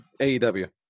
AEW